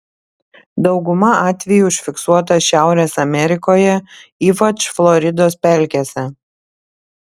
dauguma atvejų užfiksuota šiaurės amerikoje ypač floridos pelkėse